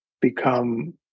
become